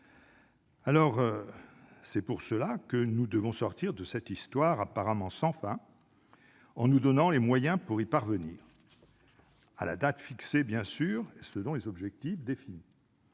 C'est pour cela que nous devons sortir de cette histoire apparemment sans fin, en nous donnant les moyens d'y parvenir, à la date fixée et selon les objectifs définis.